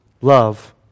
Love